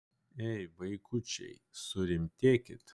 ei vaikučiai surimtėkit